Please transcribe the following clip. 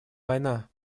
война